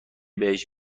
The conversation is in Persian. بهش